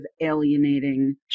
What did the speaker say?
alienating